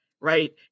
right